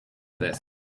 this